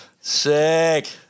Sick